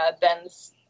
Ben's